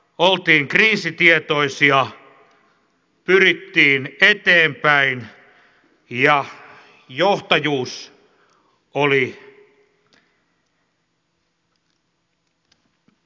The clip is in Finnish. oltiin kriisitietoisia pyrittiin eteenpäin ja johtajuus oli kouriintuntuvaa